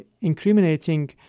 incriminating